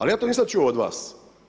Ali ja to nisam čuo od vas.